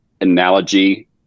analogy